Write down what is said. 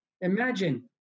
Imagine